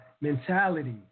mentality